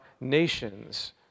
Nations